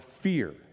fear